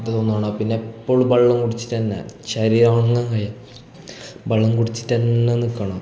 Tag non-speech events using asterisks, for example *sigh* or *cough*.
*unintelligible* പിന്നെ എപ്പോഴും വെള്ളം കുടിച്ചിട്ടന്നെ ശരീരം ഒണങ്ങാൻ കഴിയുക വെള്ളം കുടിച്ചിട്ടന്നെ നിൽക്കണം